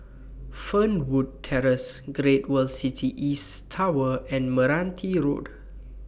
Fernwood Terrace Great World City East Tower and Meranti Road